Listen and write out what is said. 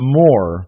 more